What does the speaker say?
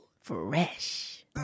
Fresh